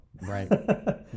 Right